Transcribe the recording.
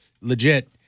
legit